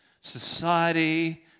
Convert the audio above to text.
society